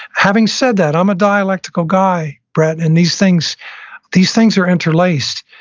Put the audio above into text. having said that, i'm a dialectical guy, brett, and these things these things are interlaced.